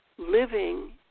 Living